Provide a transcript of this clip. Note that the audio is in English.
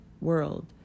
world